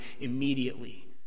immediately